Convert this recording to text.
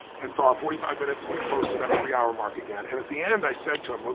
and so our forty five minutes went close to that three hour mark again. and at the end i said to him, like